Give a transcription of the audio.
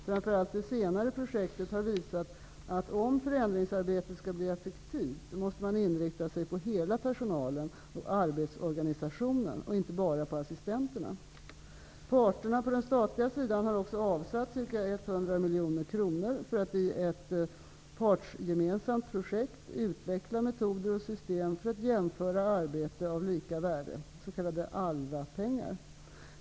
Framför allt det senare projektet har visat att man, om förändringsarbetet skall bli effektivt, måste inrikta sig på hela personalen och arbetsorganisationen och inte bara på assistenterna. Parterna på den statliga sektorn har också avsatt ca 100 miljoner kronor för att i ett partsgemensamt projekt utveckla metoder och system för att jämföra arbete av lika värde .